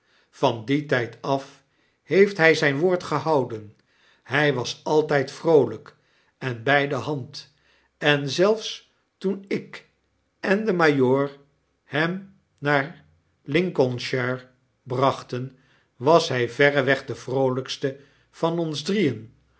van dien tyd af heeft hij zyn woord gehouden hy was altyd vroolyk en by de band en zelfs toen ik en de majoor hem naar lincolnshire brachten was hij verreweg de vroolijkste van ons drieen